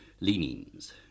leanings